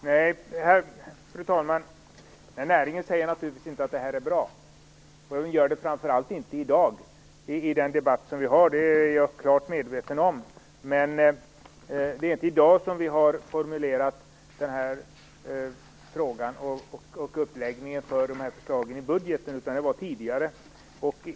Fru talman! Nej, näringen säger naturligtvis inte att det här är bra. Den gör det framför allt inte i dag, i den debatt vi nu har. Det är jag klart medveten om. Men det är inte i dag vi har formulerat den här frågan och gjort uppläggningen av de här förslagen i budgeten, utan det var tidigare.